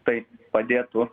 tai padėtų